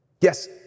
Yes